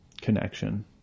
connection